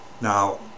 Now